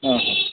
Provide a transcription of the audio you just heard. ಹಾಂ ಹಾಂ